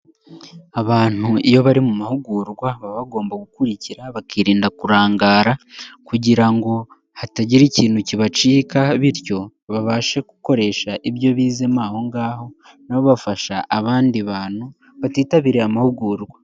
Abantu iyo bari mu mahugurwa baba bagomba gukurikira, bakirinda kurangara kugira ngo hatagira ikintu kibacika bityo babashe gukoresha ibyo bizemo aho ngaho na bo bafasha abandi bantu batitabiriye amahugurwa.